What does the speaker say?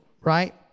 right